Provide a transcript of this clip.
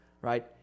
right